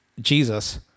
jesus